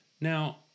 Now